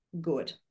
good